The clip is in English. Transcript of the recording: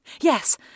Yes